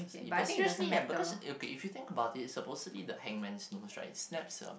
see but seriously ya because it will be if you think about it it's supposed to be the hangman's noose right snaps itself